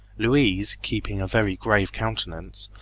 louise, keeping a very grave countenance,